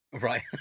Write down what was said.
Right